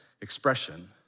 expression